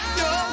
no